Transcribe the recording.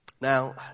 Now